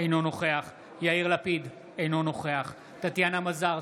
אינו נוכח יאיר לפיד, אינו נוכח טטיאנה מזרסקי,